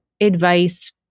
advice